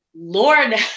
Lord